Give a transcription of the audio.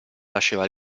lascerà